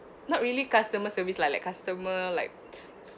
not really customer service lah like customer like